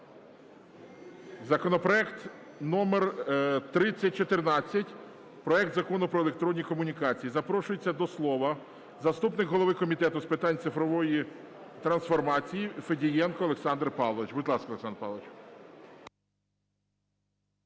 законопроект номер 3014, проект Закону про електронні комунікації. Запрошується до слова заступник голови Комітету з питань цифрової трансформації Федієнко Олександр Павлович. Будь ласка, Олександр Павлович.